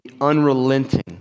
unrelenting